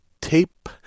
tape